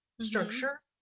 structure